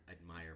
admire